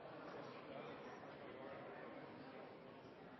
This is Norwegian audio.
statsråd